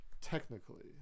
technically